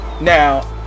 Now